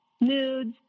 nudes